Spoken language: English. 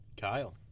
Kyle